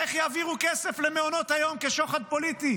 איך יעבירו כסף למעונות היום כשוחד פוליטי